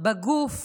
בגוף